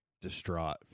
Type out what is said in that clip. distraught